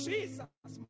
Jesus